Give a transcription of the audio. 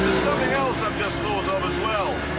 something else i've just thought of as well.